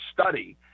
study